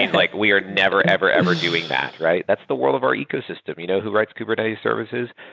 like we are never ever, ever doing that, right? that's the world of our ecosystem. you know who writes kubernetes services?